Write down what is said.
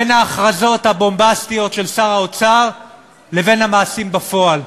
בין ההכרזות הבומבסטיות של שר האוצר לבין המעשים בפועל.